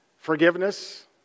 Forgiveness